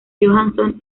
johansson